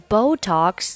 Botox